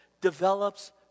develops